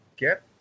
get